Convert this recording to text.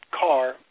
car